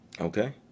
okay